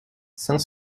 saint